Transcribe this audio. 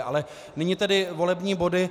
Ale nyní tedy volební body.